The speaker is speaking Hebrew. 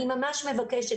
אני ממש מבקשת,